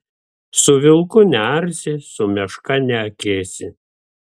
su vilku nearsi su meška neakėsi